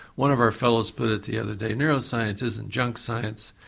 one of our fellows put it the other day, neuroscience isn't junk science,